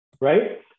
Right